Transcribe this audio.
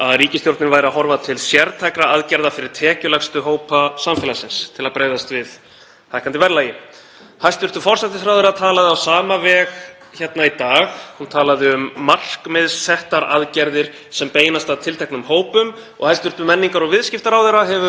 veg í dag. Hún talaði um markmiðssettar aðgerðir sem beinast að tilteknum hópum og hæstv. menningar- og viðskiptaráðherra hefur kallað eftir slíkum aðgerðum og stungið upp á því að þær verði jafnvel fjármagnaðar með hvalrekaskatti á annaðhvort bankakerfið